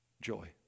joy